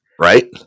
right